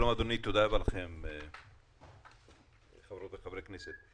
שלום, אדוני, תודה רבה לכם חברות וחברי הכנסת.